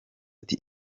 ati